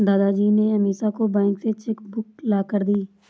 दादाजी ने अमीषा को बैंक से चेक बुक लाकर दी